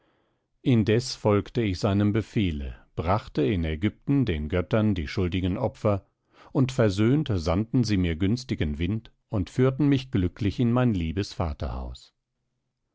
indes folgte ich seinem befehle brachte in ägypten den göttern die schuldigen opfer und versöhnt sandten sie mir günstigen wind und führten mich glücklich in mein liebes vaterhaus nun